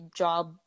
job